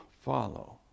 follow